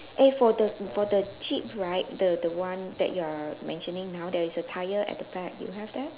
eh for the for the jeep right the the one that you are mentioning now there is a tyre at the back you have that